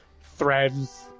Threads